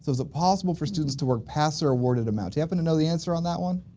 is it possible for students to work past they're awarded amount? you happen to know the answer on that one?